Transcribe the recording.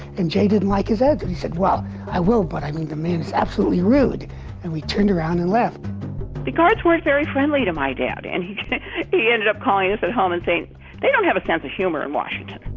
and jay didn't like his egg and he said well i will but i mean the man's absolutely rude and we turned around and left the guards were very friendly to my dad and he he ended up calling us at home and saying they don't have a sense of humor in washington